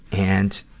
and,